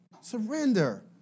surrender